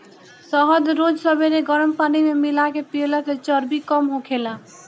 शहद रोज सबेरे गरम पानी में मिला के पियला से चर्बी कम होखेला